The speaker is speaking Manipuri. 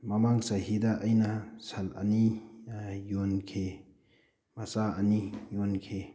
ꯃꯃꯥꯡ ꯆꯍꯤꯗ ꯑꯩꯅ ꯁꯟ ꯑꯅꯤ ꯌꯣꯟꯈꯤ ꯃꯆꯥ ꯑꯅꯤ ꯌꯣꯟꯈꯤ